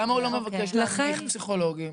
למה הוא לא מבקש להנמיך פסיכולוגים.